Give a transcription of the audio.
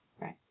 right